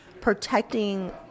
protecting